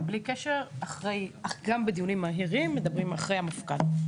ובלי קשר גם בדיונים מהירים מדברים אחרי המפכ"ל.